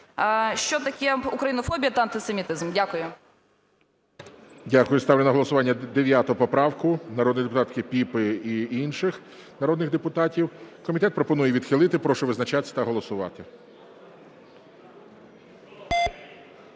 що таке українофобія та антисемітизм. Дякую. ГОЛОВУЮЧИЙ. Дякую. Ставлю на голосування 9 поправку народної депутатки Піпи і інших народних депутатів. Комітет пропонує відхилити. Прошу визначатися та голосувати.